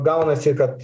gaunasi kad